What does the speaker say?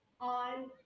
on